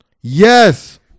Yes